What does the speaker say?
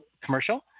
commercial